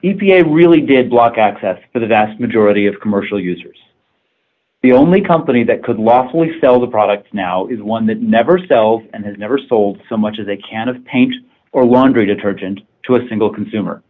a really did block access for the vast majority of commercial users the only company that could last only sell the product now is one that never sell and has never sold so much as a can of paint or laundry detergent to a single consumer